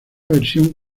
versión